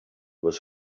was